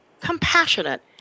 compassionate